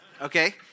okay